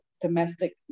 domestic